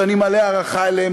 אני מלא הערכה אליהם,